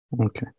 Okay